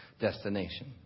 destination